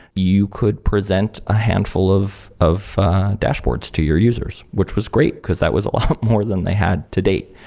you could present a handful of of dashboards to your users, which was great, because that was a lot more than they had to date.